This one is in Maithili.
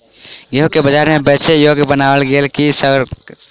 गेंहूँ केँ बजार मे बेचै योग्य बनाबय लेल की सब करबाक चाहि?